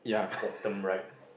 bottom right